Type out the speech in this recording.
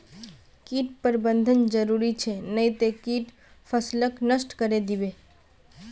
कीट प्रबंधन जरूरी छ नई त कीट फसलक नष्ट करे दीबे